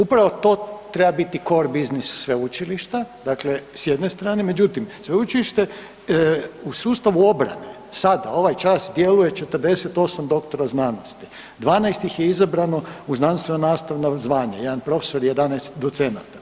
Upravo to treba biti core biznis sveučilišta, dakle s jedne strane, međutim sveučilište u sustavu obrane sada ovaj čas djeluje 48 doktora znanosti, 12 ih je izabrano u znanstveno nastavno zvanje, jedan profesor i 11 docenata.